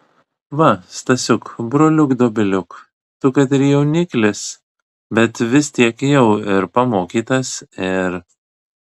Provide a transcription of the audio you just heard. va stasiuk broliuk dobiliuk tu kad ir jauniklis bet vis tiek jau ir pamokytas ir